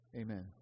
Amen